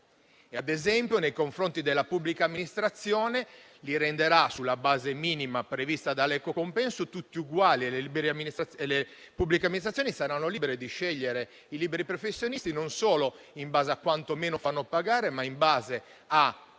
Ad esempio, nei confronti della pubblica amministrazione, sulla base minima prevista dall'equo compenso, renderà tutti uguali e le pubbliche amministrazioni saranno libere di scegliere i liberi professionisti non solo in funzione di quanto meno fanno pagare, ma, data